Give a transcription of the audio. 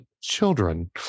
Children